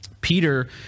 Peter